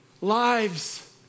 lives